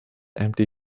empty